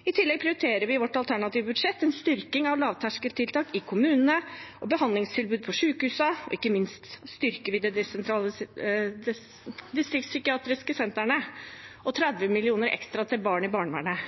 I tillegg prioriterer vi i vårt alternative budsjett en styrking av lavterskeltiltak i kommunene og behandlingstilbudet på sykehusene, og ikke minst styrker vi de distriktspsykiatriske sentrene og vil gi 30 mill. kr ekstra til barn i barnevernet.